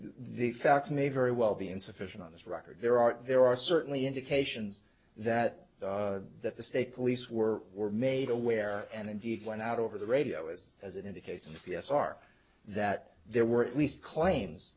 the facts may very well be insufficient on this record there are there are certainly indications that that the state police were were made aware and indeed went out over the radio was as it indicates a p s r that there were at least claims